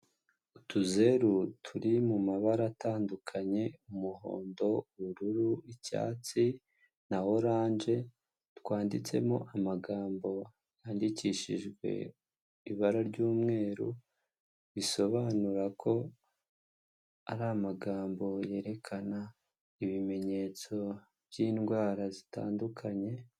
Utuzeru turi mu mabara atandukanye umuhondo, ubururu, icyatsi na oranje, twanditsemo amagambo yandikishijwe ibara ry'umweru risobanura ko ari amagambo yerekana ibimenyetso by'indwara zitandukanye.